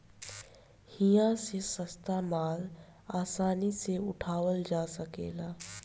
इहा से सस्ता माल आसानी से उठावल जा सकेला